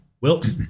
Wilt